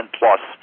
plus